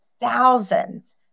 thousands